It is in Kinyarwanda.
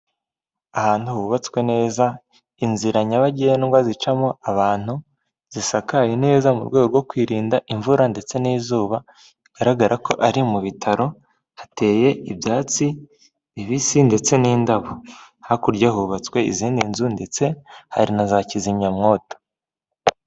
Ahantu hubatswe neza, inzira nyabagendwa zicamo abantu, zisakaye neza mu rwego rwo kwirinda imvura ndetse n'izuba, bigaragara ko ari mu bitaro, hateye ibyatsi bibisi ndetse n'indabo, hakurya hubatswe izindi nzu ndetse hari na za kizimyamoto.